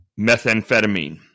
methamphetamine